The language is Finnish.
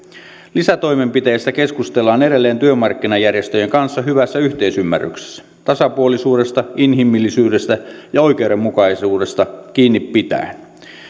lisätoimenpiteistä keskustellaan edelleen työmarkkinajärjestöjen kanssa hyvässä yhteisymmärryksessä tasapuolisuudesta inhimillisyydestä ja oikeudenmukaisuudesta kiinni pitäen